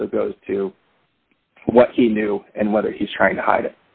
it goes to what he knew and whether he's trying to hide it